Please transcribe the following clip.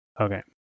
Okay